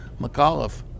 McAuliffe